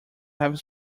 have